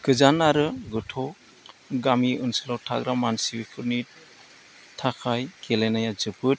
गोजान आरो गोथौ गामि ओनसोलाव थाग्रा मानसिफोरनि थाखाय गेलेनाया जोबोद